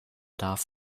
darf